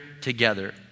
together